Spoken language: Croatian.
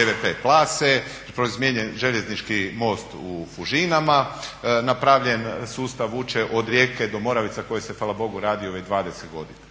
EVP Plase, promijenjen željeznički most u Fužinama, napravljen sustav vuče od Rijeke do Moravica koje se hvala Bogu radio već 20 godina.